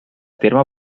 terme